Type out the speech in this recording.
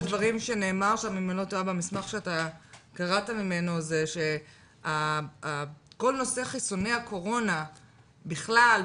אחד הדברים שנאמר במסמך שקראת ממנו הוא שכל נושא חיסוני הקורונה בכלל,